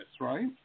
right